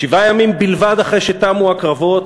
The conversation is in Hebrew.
שבעה ימים בלבד אחרי שתמו הקרבות